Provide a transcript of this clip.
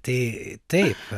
tai taip